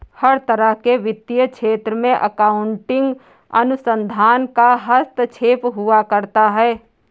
हर तरह के वित्तीय क्षेत्र में अकाउन्टिंग अनुसंधान का हस्तक्षेप हुआ करता है